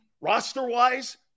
roster-wise